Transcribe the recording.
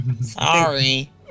Sorry